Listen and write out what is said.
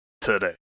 today